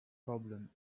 problem